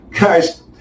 guys